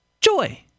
Joy